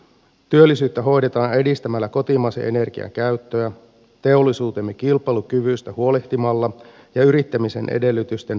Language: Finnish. työllisyyttä hoidetaan kotimaisen energian käyttöä edistämällä teollisuutemme kilpailukyvystä huolehtimalla ja yrittämisen edellytyksiä parantamalla